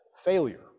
failure